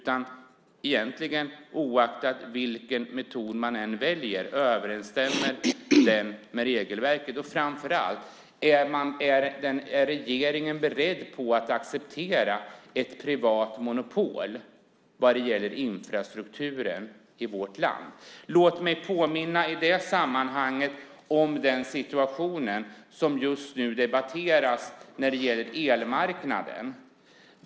Oavsett vilken metod man väljer överensstämmer den med regelverket. Är regeringen beredd att acceptera ett privat monopol vad gäller infrastrukturen i vårt land? Låt mig i sammanhanget påminna om den situation som just nu debatteras när det gäller elmarknaden.